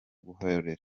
gukorera